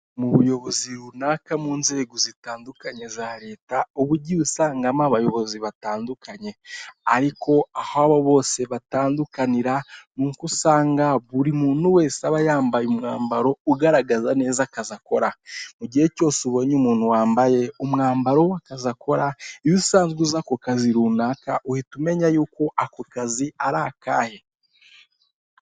Mu buyobozi runaka mu nzego zitandukanye za Leta, uba ugiye usangamo abayobozi batandukanye. Ariko aho abo bose batandukanira, ni uko usanga buri muntu wese aba yambaye umwambaro ugaragaza neza akazi akora. Mu gihe cyose ubonye umuntu wambaye umwambaro w'akazi akora, iyo usanzwe uzi ako kazi runaka, uhita umenya yuko ako kazi ari akahe.